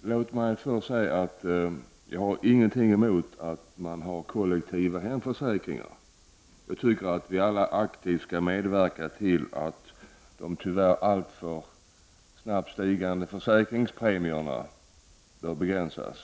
Låt mig först säga att jag inte har någonting emot kollektiva hemförsäkringar. Jag tycker att vi alla aktivt skall medverka till att de tyvärr alltför snabbt stigande försäkringspremierna begränsas.